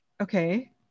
okay